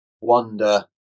wonder